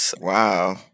Wow